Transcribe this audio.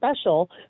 special